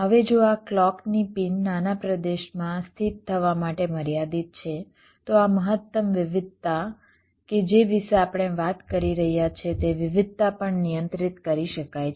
હવે જો આ ક્લૉકની પિન નાના પ્રદેશમાં સ્થિત થવા માટે મર્યાદિત છે તો આ મહત્તમ વિવિધતા કે જે વિશે આપણે વાત કરી રહ્યા છે તે વિવિધતા પણ નિયંત્રિત કરી શકાય છે